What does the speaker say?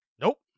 Nope